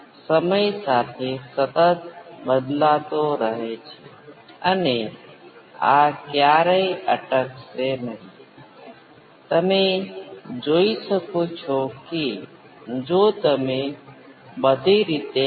હવે રેખીય સિસ્ટમમાં ફક્ત વાસ્તવિક ગુણાંક હોય છે તેના કારણે જ એકમાત્ર ફેઝ જે તમને મળસે જે 1 નું વર્ગમૂળ અથવા j જે સમગ્ર ચિત્ર નો કાલ્પનિક ભાગ છે કારણ કે તમે તેનો અહીં ગુણાકાર કર્યો છે તેથી આમાં પાછા જવા માટે તમે વાસ્તવિક ભાગ લો